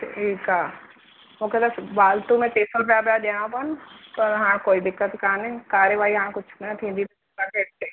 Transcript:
ठीकु आहे मूंखे त फालतू में टे सौ रुपया पिया ॾियणा पवनि पर हा कोई दिक़त कान्हे काररवाई हाणे कुझु न थींदी बाक़ी अॻिते